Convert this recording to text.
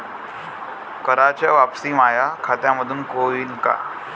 कराच वापसी माया खात्यामंधून होईन का?